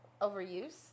overuse